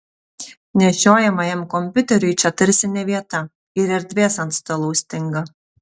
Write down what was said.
nešiojamajam kompiuteriui čia tarsi ne vieta ir erdvės ant stalų stinga